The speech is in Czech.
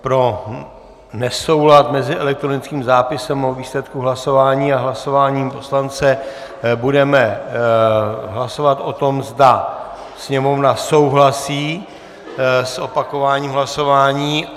Pro nesoulad mezi elektronickým zápisem o výsledku hlasování a hlasováním poslance budeme hlasovat o tom, zda Sněmovna souhlasí s opakováním hlasování.